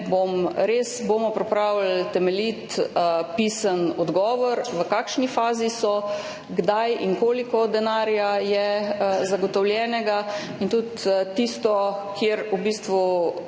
res pripravili temeljit pisni odgovor, v kakšni fazi so, kdaj in koliko denarja je zagotovljenega in tudi tisto, kjer so v bistvu